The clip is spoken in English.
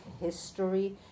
history